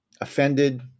offended